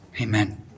Amen